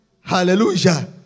Hallelujah